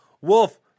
Wolf